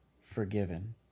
forgiven